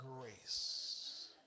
grace